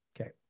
Okay